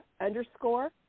underscore